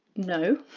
no.